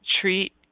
treat